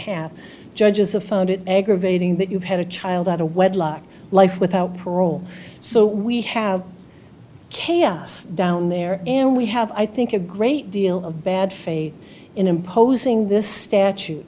half judges of found it aggravating that you've had a child out of wedlock life without parole so we have chaos down there and we have i think a great deal of bad faith in imposing this statute